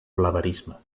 blaverisme